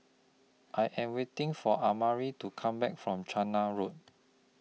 I Am waiting For Amari to Come Back from Chander Road